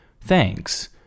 Thanks